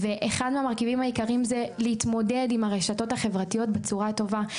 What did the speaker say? אחד מהמרכיבים העיקריים זה להתמודד עם הרשתות החברתיות בצורה טובה,